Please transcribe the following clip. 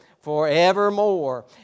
forevermore